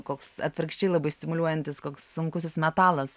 koks atvirkščiai labai stimuliuojantis koks sunkusis metalas